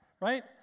right